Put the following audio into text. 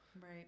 Right